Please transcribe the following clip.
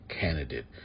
Candidate